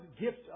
gift